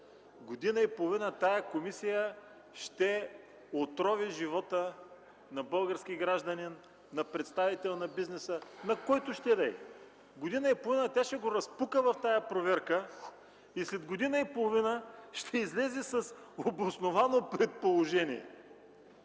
Година и половина тази комисия ще отрови живота на български гражданин, на представител на бизнеса, на който ще да е. Година и половина тя ще го разпука в тази проверка и след година и половина ще излезе с „обосновано предположение”,